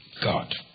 God